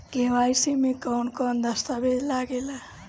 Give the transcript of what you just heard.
KYC में कवन कवन दस्तावेज लागे ला?